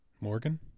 Morgan